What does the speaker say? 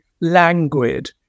languid